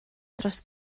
dros